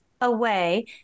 Away